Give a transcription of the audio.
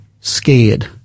scared